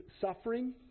suffering